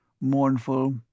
mournful